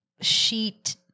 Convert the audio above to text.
sheet